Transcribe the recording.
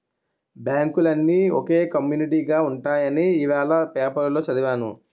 బాంకులన్నీ ఒకే కమ్యునీటిగా ఉంటాయని ఇవాల పేపరులో చదివాను